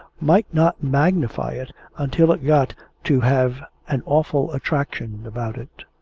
might not magnify it until it got to have an awful attraction about it.